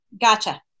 Gotcha